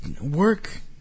work